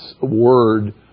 word